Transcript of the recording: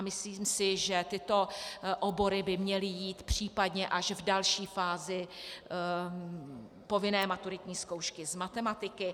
Myslím si, že tyto obory by měly jít případně až v další fázi povinné maturitní zkoušky z matematiky.